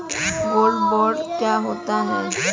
Gold bond क्या होता है?